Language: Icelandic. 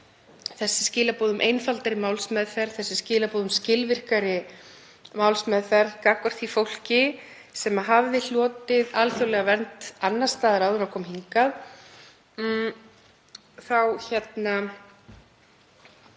þessi skilaboð um einfaldari málsmeðferð, þessi skilaboð um skilvirkari málsmeðferð gagnvart því fólki sem hlotið hafði alþjóðlega vernd annars staðar áður en það kom hingað, þá blasti